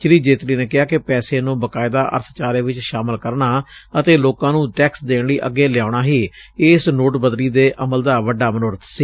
ਸ੍ਰੀ ਜੇਤਲੀ ਨੇ ਕਿਹਾ ਕਿ ਪੈਸੇ ਨੂੰ ਬਕਾਇਦਾ ਅਰਥਚਾਰੇ ਵਿਚ ਸ਼ਾਮਲ ਕਰਨਾ ਅਤੇ ਲੋਕਾ ਨੂੰ ਟੈਕਸ ਦੇਣ ਲਈ ਅੱਗੇ ਲਿਆਉਣਾ ਹੀ ਇਸ ਨੋਟਬੰਦੀ ਦੇ ਅਮਲ ਦਾ ਵੱਡਾ ਮਨੋਰਬ ਸੀ